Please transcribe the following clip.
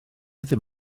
ddim